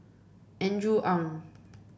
Andrew Ang